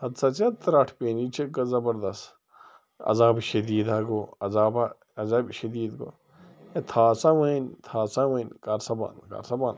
ہت سا ژےٚ ترٛٹھ پینی یہِ تہٕ چھِ زَبردست عذابِ شٔدیٖد ہا گوٚو عذاب ہا عذابِ شٔدیٖد گوٚو ہے تھاو سا وۄنۍ تھاو سا وۄنۍ کر سا بنٚد کر سا بنٛد